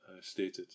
stated